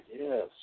Yes